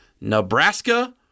Nebraska